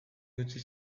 utzi